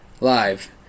live